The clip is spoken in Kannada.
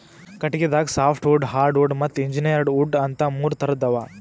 ಕಟಗಿದಾಗ ಸಾಫ್ಟವುಡ್ ಹಾರ್ಡವುಡ್ ಮತ್ತ್ ಇಂಜೀನಿಯರ್ಡ್ ವುಡ್ ಅಂತಾ ಮೂರ್ ಥರದ್ ಅವಾ